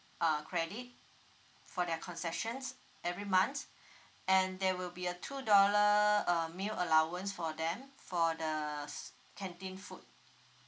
uh credit for their concessions every month and there will be a two dollar uh meal allowance for them for the canteen food